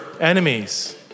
enemies